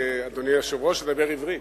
אדוני היושב-ראש, אני אדבר רק עברית.